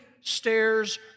stairs